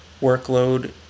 workload